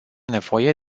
nevoie